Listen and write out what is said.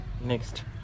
Next